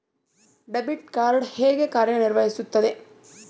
Debit card ಹೇಗೆ ಕಾರ್ಯನಿರ್ವಹಿಸುತ್ತದೆ?